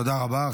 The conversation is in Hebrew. תודה רבה.